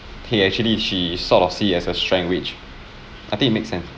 he actually she sort of see it as a strength which I think it makes sense